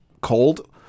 cold